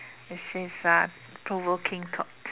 this is uh provoking thoughts